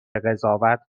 قضاوت